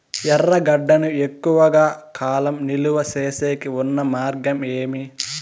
ఎర్రగడ్డ ను ఎక్కువగా కాలం నిలువ సేసేకి ఉన్న మార్గం ఏమి?